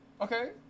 Okay